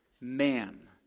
man